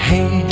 Hey